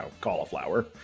cauliflower